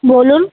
বলুন